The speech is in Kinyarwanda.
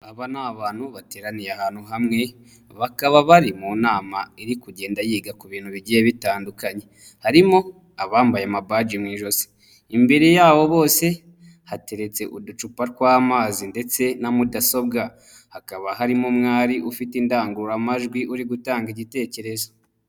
Aba ni abantu bateraniye ahantu hamwe, bakaba bari mu nama iri kugenda yiga ku bintu bigiye bitandukanye. Harimo abambaye amabaji mu ijosi, imbere yabo bose hateretse uducupa tw'amazi ndetse na mudasobwa, hakaba harimo umwari ufite indangururamajwi uri gutanga igitekerezo.